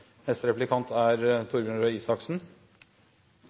Neste taler er representanten Torbjørn Røe Eriksen – Isaksen.